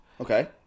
Okay